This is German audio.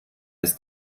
des